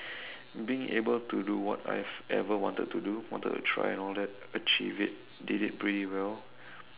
being able to do what I have ever wanted to do wanted to try and all that achieve it did it pretty well